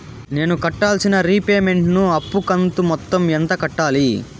నేను కట్టాల్సిన రీపేమెంట్ ను అప్పు కంతు మొత్తం ఎంత కట్టాలి?